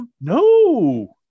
No